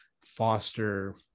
foster